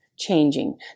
changing